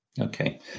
Okay